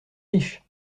riche